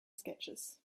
sketches